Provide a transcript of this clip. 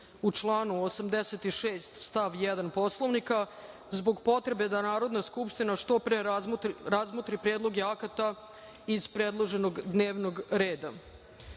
u članu 86. stav 1. Poslovnika, zbog potrebe da Narodna skupština što pre razmotri predloge akata iz predloženog dnevnog